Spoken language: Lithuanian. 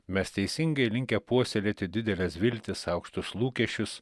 mes teisingai linkę puoselėti dideles viltis aukštus lūkesčius